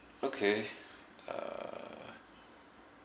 okay uh